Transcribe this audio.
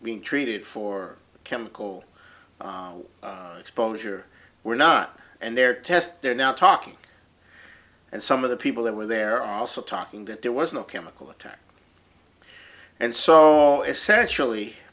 being treated for chemical exposure were not and their test they're now talking and some of the people that were there are also talking that there was no chemical attack and so essentially